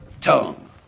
tongue